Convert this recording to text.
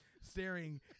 staring